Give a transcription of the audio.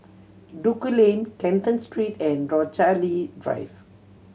Duku Lane Canton Street and Rochalie Drive